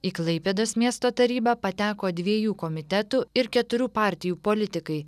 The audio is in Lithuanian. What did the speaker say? į klaipėdos miesto tarybą pateko dviejų komitetų ir keturių partijų politikai